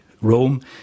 Rome